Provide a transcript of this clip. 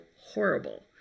horrible